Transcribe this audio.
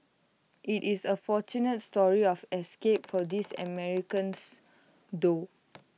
IT is A fortunate story of escape for these Americans though